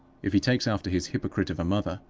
if he takes after his hypocrite of a mother,